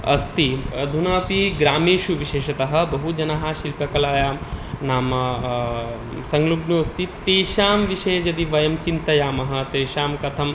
अस्ति अधुनापि ग्रामेषु विशेषतः बहुजनाः शिल्पकलायां नाम संलग्नोस्ति तेषां विषये यदि वयं चिन्तयामः तेषां कथं